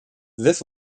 this